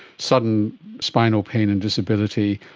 sudden spinal pain and disability,